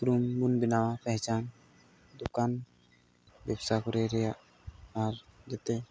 ᱩᱯᱨᱩᱢ ᱵᱚᱱ ᱵᱮᱱᱟᱣᱟ ᱯᱮᱦᱪᱟᱱ ᱫᱳᱠᱟᱱ ᱵᱮᱵᱽᱥᱟ ᱠᱩᱲᱤ ᱨᱮᱭᱟᱜ ᱟᱨ ᱡᱟᱛᱮ